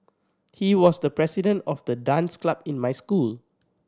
he was the president of the dance club in my school